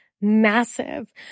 massive